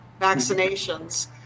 vaccinations